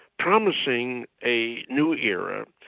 promising a new era,